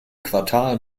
quartal